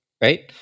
right